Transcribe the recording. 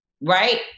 Right